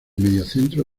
mediocentro